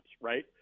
right